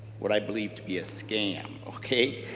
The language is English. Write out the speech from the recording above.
what i believe to be a scam okay.